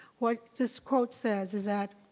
what this quote says is that